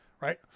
Right